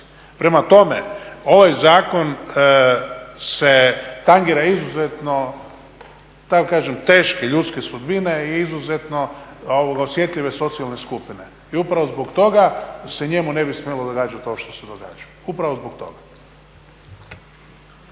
Prema tome, ovaj zakon se tangira izuzetno teške ljudske sudbine i izuzetno osjetljive socijalne skupine. I upravo zbog toga se njemu ne bi smjelo događati ovo što se događa, upravo zbog toga.